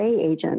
agent